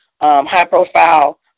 high-profile